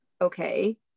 okay